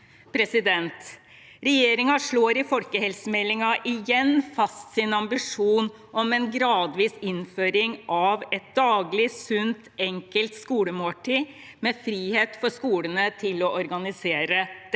lettere. Regjeringen slår i folkehelsemeldingen igjen fast sin ambisjon om en gradvis innføring av et daglig, sunt, enkelt skolemåltid, med frihet for skolene til å organisere dette